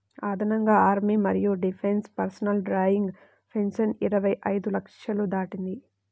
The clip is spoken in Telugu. అదనంగా ఆర్మీ మరియు డిఫెన్స్ పర్సనల్ డ్రాయింగ్ పెన్షన్ ఇరవై ఐదు లక్షలు దాటింది